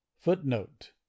footnote